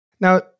Now